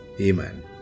Amen